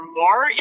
more